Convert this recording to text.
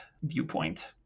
viewpoint